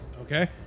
Okay